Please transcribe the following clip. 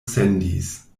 sendis